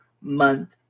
month